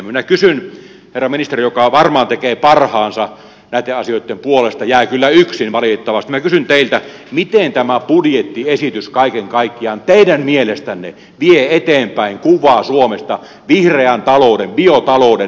minä kysyn herra ministeri joka varmaan tekee parhaansa näitten asioitten puolesta jää kyllä yksin valitettavasti miten tämä budjettiesitys kaiken kaikkiaan teidän mielestänne vie eteenpäin kuvaa suomesta vihreän talouden biotalouden edelläkävijämaana